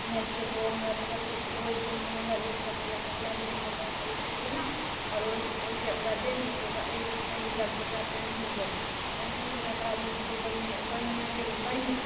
match खेतहु ओ हमरा तऽ बतो तऽ ओ ओहिके नाम हमरा लिख कऽ देलक अगिला दिन हम ओकरा खरीद कऽ गेलहुँ आओर ओहिके ओकरा देलहुँ तऽ ओकरा एहि एहि हिसाबसँ ओकरा पेंटिंग कयल पेंटिंग कयलाके बादमे फूल बनी बनिए गेल बढ़िआँ